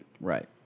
Right